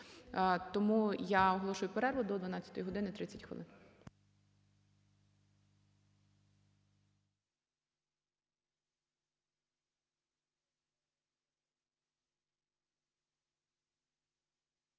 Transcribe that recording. Тому я оголошую перерву до 12 години 30 хвилин.